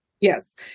Yes